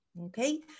Okay